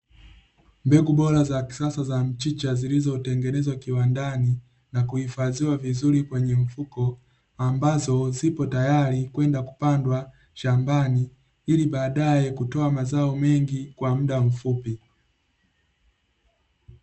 Mbegu bora za kisasa za mchicha zilizotengenezwa kiwandani na kuhifadhiwa vizuri kwenye mfuko, ambazo zipo tayari kwenda kupandwa shambani, ili baadaye kutoa mazao mengi kwa muda mfupi.